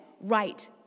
right